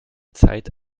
zeit